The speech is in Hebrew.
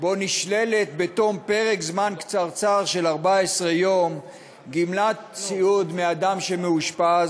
שבו נשללת בתום פרק זמן קצרצר של 14 יום גמלת סיעוד מאדם שמאושפז,